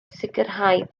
sicrhau